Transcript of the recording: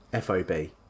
FOB